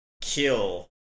kill